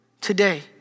today